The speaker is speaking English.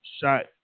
shot